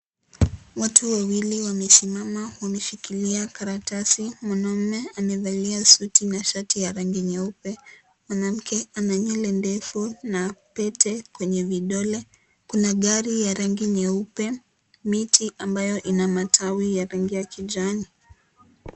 Watu wawili wamesimama wameshikilia karatasi. Mwanaume amevalia suti na shati la rangi nyeupe, mwanamke ana Nywele ndefu na pete kwenye vidole. Kuna gari ya rangi nyeupe. Miti ambayo Ina matawi ya rangi ya kijani .